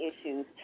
issues